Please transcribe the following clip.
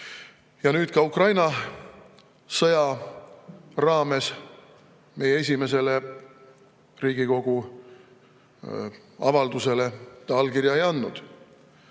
nüüd ka Ukraina sõja raames meie esimesele Riigikogu avaldusele ta allkirja ei andnud.